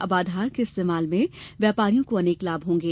अब आधार के इस्तेमाल से व्यापारियों को अनेक लाभ होंगे